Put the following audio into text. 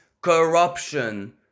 corruption